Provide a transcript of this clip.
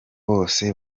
bose